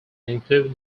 include